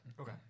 Okay